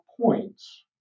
points